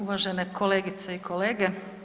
Uvažene kolegice i kolege.